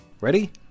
Ready